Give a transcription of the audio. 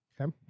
Okay